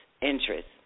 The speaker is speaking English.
interest